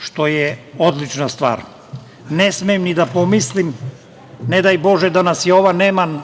što je odlična stvar. Ne smem ni da pomislim, ne daj Bože, da nas je ova neman